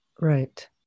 Right